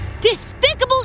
Despicable